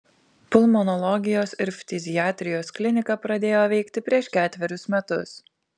pulmonologijos ir ftiziatrijos klinika pradėjo veikti prieš ketverius metus